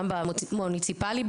גם במוניציפלי,